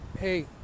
hey